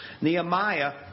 Nehemiah